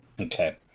Okay